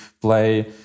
play